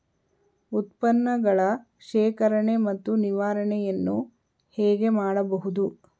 ಉತ್ಪನ್ನಗಳ ಶೇಖರಣೆ ಮತ್ತು ನಿವಾರಣೆಯನ್ನು ಹೇಗೆ ಮಾಡಬಹುದು?